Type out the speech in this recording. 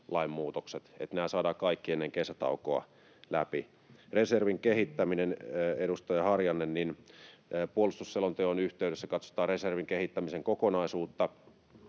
muutokset saadaan kaikki ennen kesätaukoa läpi. Reservin kehittäminen, edustaja Harjanne: Puolustusselonteon yhteydessä katsotaan reservin kehittämisen kokonaisuutta